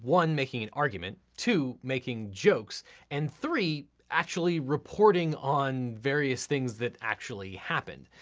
one, making an argument two, making jokes and three, actually reporting on various things that actually happened.